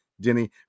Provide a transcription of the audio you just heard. denny